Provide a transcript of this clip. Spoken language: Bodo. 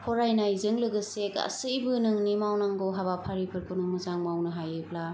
फरायनायजों लोगोसे गासैबो नोंनि मावनांगौ हाबाफारिफोरखौ नोङो मोजां मावनो हायोब्ला